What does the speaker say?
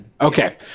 Okay